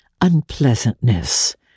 unpleasantness